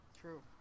True